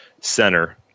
center